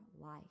life